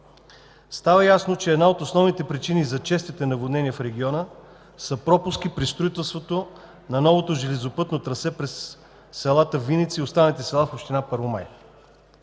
Става ясно, че една от основните причини за честите наводнения в региона са пропуски при строителството на новото железопътно трасе през селата Виница и останалите села в община Първомай.